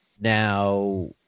now